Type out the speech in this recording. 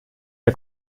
der